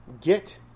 get